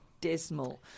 dismal